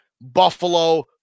Buffalo